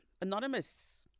Anonymous